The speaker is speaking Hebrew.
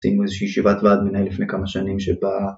עשינו איזושהי ישיבת ועד מנהל לפני כמה שנים שבה